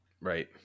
Right